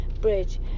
bridge